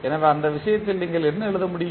எனவே அந்த விஷயத்தில் நீங்கள் என்ன எழுத முடியும்